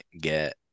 get